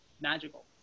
magical